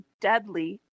deadly